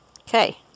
Okay